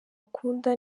akunda